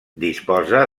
disposa